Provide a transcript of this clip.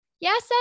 Yes